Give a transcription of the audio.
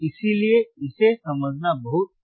इसलिए इसे समझना बहुत आसान है